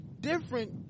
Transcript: different